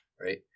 right